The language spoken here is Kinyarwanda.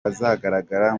azagaragara